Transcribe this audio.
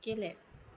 गेले